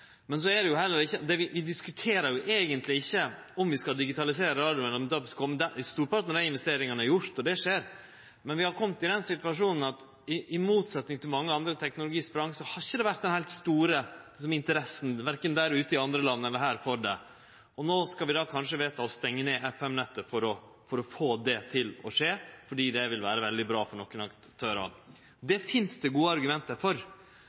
Men vi har kome i den situasjonen at i motsetning til mange andre teknologisprang, så har det ikkje vore den heilt store interessa for det, verken der ute i andre land eller her, og no skal vi då kanskje vedta å stenge ned FM-nettet for å få det til å skje, fordi det vil vere veldig bra for nokon aktørar. Det finst det gode argument for,